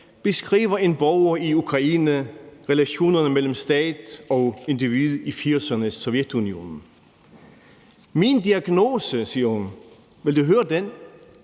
beskriver en borger i Ukraine relationerne mellem stat og individ i 1980'ernes Sovjetunionen. Min diagnose, siger hun, vil du høre den?